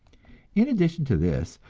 in addition to this,